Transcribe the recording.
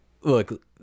look